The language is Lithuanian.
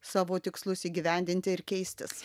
savo tikslus įgyvendinti ir keistis